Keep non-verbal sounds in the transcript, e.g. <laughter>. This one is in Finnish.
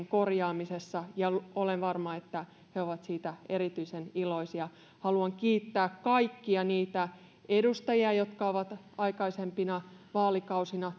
<unintelligible> korjaamisessa ja olen varma että he ovat siitä erityisen iloisia haluan kiittää kaikkia niitä edustajia jotka ovat aikaisempina vaalikausina